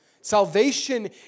Salvation